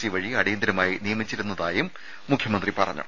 C വഴി അടിയന്തരമായി നിയമിച്ചിരുന്നുവെന്നും മുഖ്യമന്ത്രി പറഞ്ഞു